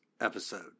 episode